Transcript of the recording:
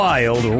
Wild